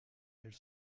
elle